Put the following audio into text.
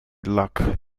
luck